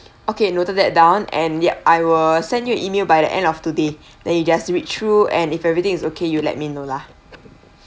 okay noted that down and yup I will send you email by the end of today then you just read through and if everything is okay you let me know lah